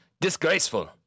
Disgraceful